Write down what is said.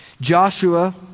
Joshua